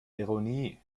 ironie